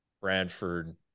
Bradford